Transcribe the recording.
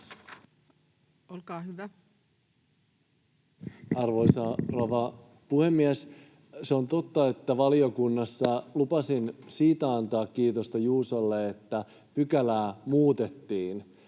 Content: Arvoisa rouva puhemies! Se on totta, että valiokunnassa lupasin siitä antaa kiitosta Juusolle, että pykälää muutettiin,